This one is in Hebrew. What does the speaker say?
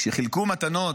כשחילקו מתנות,